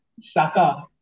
Saka